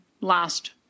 last